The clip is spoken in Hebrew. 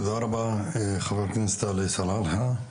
תודה רבה, חבר הכנסת, עלי סלאלחה.